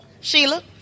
Sheila